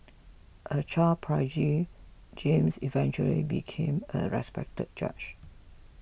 a child prodigy James eventually became a respected judge